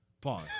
Pause